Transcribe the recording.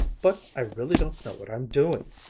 but i really don't know what i'm doing.